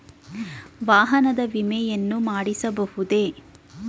ವಾಹನದ ವಿಮೆಯನ್ನು ಮಾಡಿಸಬಹುದೇ?